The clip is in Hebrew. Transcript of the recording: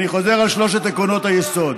אני חוזר על שלושת עקרונות היסוד.